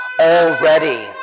already